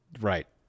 Right